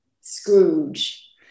Scrooge